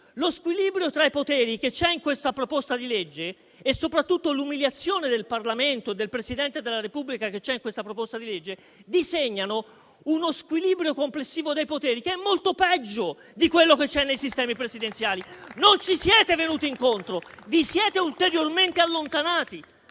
Lo squilibrio tra i poteri che c'è in questa proposta di legge e soprattutto l'umiliazione del Parlamento e del Presidente della Repubblica disegnano uno squilibrio complessivo dei poteri che è molto peggio di quello che c'è nei sistemi presidenziali. Non ci siete venuti incontro; vi siete ulteriormente allontanati